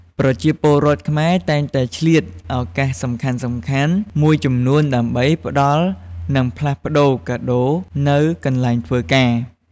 ប្រជាពលរដ្ឋខ្មែរតែងតែឆ្លៀតឱកាសសំខាន់ៗមួយចំនួនដើម្បីផ្តល់និងផ្លាស់ប្ដូរកាដូរនៅកន្លែងធ្វើការ។